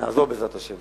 ונעזור בעזרת השם.